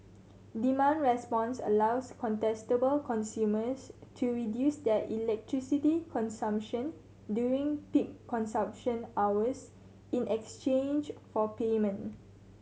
demand response allows contestable consumers to reduce their electricity consumption during peak consumption hours in exchange for payment